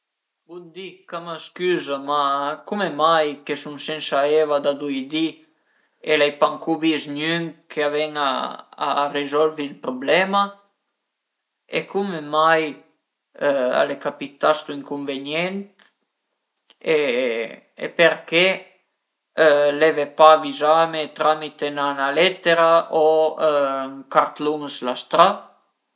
për stüré ël gabinèt a i va o 'na ventuza o 'na sunda. Prima a së a s'cerca dë gavé dë mandé via tüta l'eva, pöi dopu a s'tira ën po d'eva e cun la ventuza a s'va a zgnaché giü ëndua ch'a ie lë scarich